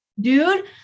Dude